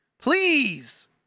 Please